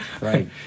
right